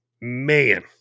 man